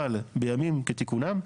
אבל בימים כתיקונם,